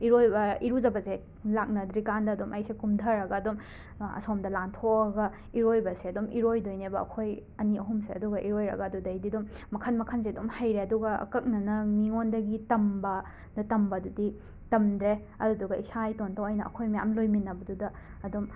ꯏꯔꯣꯏꯕ ꯏꯔꯨꯖꯕꯁꯦ ꯂꯥꯛꯅꯗ꯭ꯔꯤꯀꯥꯟꯗ ꯑꯗꯨꯝ ꯑꯩꯁꯦ ꯀꯨꯝꯊꯔꯒ ꯑꯗꯨꯝ ꯑꯁꯣꯝꯗ ꯂꯥꯟꯊꯣꯛꯑꯒ ꯏꯔꯣꯏꯕꯁꯦ ꯑꯗꯨꯝ ꯏꯔꯣꯏꯗꯣꯏꯅꯦꯕ ꯑꯩꯈꯣꯏ ꯑꯅꯤ ꯑꯍꯨꯝꯁꯦ ꯑꯗꯨꯒ ꯏꯔꯣꯏꯔꯒ ꯑꯗꯨꯗꯩꯗꯤ ꯑꯗꯨꯝ ꯃꯈꯜ ꯃꯈꯜꯁꯦ ꯑꯗꯨꯝ ꯍꯩꯔꯦ ꯑꯗꯨꯒ ꯑꯀꯛꯅꯅ ꯃꯤꯉꯣꯟꯗꯒꯤ ꯇꯝꯕꯅ ꯇꯝꯕꯗꯨꯗꯤ ꯇꯝꯗ꯭ꯔꯦ ꯑꯗꯨꯗꯨꯒ ꯏꯁꯥ ꯏꯇꯣꯝꯇ ꯑꯣꯏꯅ ꯑꯩꯈꯣꯏ ꯃꯌꯥꯝ ꯂꯣꯏꯃꯤꯟꯅꯕꯗꯨꯗ ꯑꯗꯨꯝ